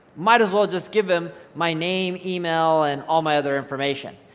might as well just give him my name, email, and all my other information.